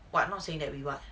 what not saying that we what